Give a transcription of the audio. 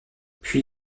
puis